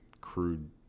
crude